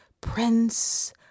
Prince